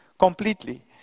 completely